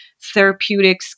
therapeutic